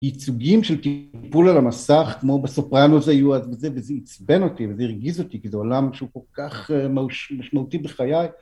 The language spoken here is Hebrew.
ייצוגים של טיפול על המסך, כמו בסופרנוס היו אז, וזה עצבן אותי, וזה הרגיז אותי, כי זה עולם שהוא כל כך משמעותי בחיי.